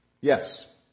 Yes